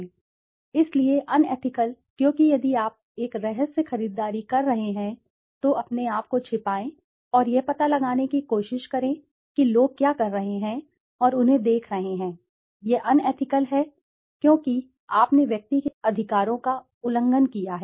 इसलिए अनएथिकल क्योंकि यदि आप एक रहस्य खरीदारी कर रहे हैं तो अपने आप को छिपाएं और यह पता लगाने की कोशिश करें कि लोग क्या कर रहे हैं और उन्हें देख रहे हैं यह अनएथिकल है इसलिए क्योंकि आपने व्यक्ति के अधिकारों का उल्लंघन किया है